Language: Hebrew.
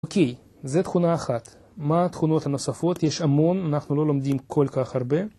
אוקיי, זה תכונה אחת. מה התכונות הנוספות? יש המון, אנחנו לא לומדים כל כך הרבה.